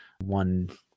one